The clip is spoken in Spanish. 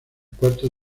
cuarto